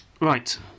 Right